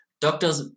Doctors